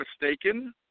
mistaken